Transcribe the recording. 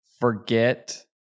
forget